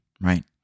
right